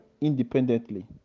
independently